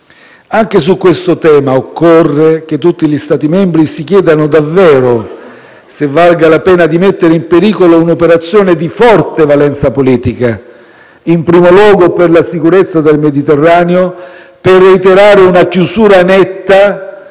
Anche su questo tema occorre che tutti gli Stati membri si chiedano davvero se valga la pena di mettere in pericolo un'operazione di forte valenza politica, in primo luogo per la sicurezza del Mediterraneo, per reiterare una chiusura netta